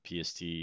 PST